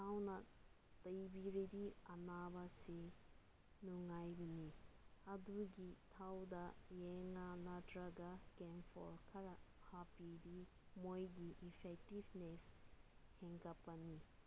ꯊꯥꯎꯅ ꯇꯩꯕꯤꯔꯗꯤ ꯑꯅꯥꯕꯁꯤ ꯅꯨꯡꯉꯥꯏꯒꯅꯤ ꯑꯗꯨꯒꯤ ꯊꯥꯎꯗ ꯅꯠꯇ꯭ꯔꯒ ꯀꯦꯟꯐꯣꯔ ꯈꯔ ꯍꯥꯞꯄꯗꯤ ꯃꯣꯏꯒꯤ ꯏꯐꯦꯛꯇꯤꯞꯅꯦꯁ ꯍꯦꯟꯀꯠꯄꯅꯤ